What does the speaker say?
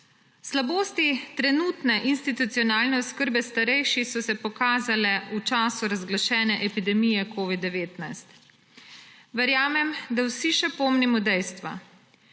Slabosti trenutne institucionalne oskrbe starejših so se pokazale v času razglašene epidemije covid-19. Verjamem, da vsi še pomnimo dejstva.